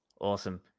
Awesome